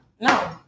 No